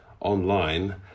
online